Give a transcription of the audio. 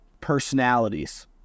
personalities